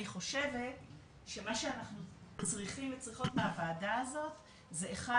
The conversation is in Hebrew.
אני חושבת שמה שאנחנו צריכים וצריכות מהוועדה הזאת זה אחד,